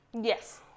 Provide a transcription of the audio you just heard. Yes